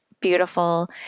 beautiful